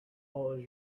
always